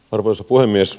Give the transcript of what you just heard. arvoisa puhemies